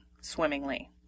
swimmingly